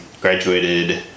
graduated